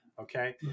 okay